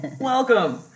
Welcome